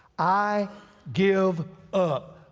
i give up.